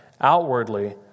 outwardly